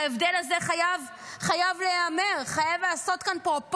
ההליכים חייבים להיות נקיים מהשפעות